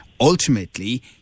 Ultimately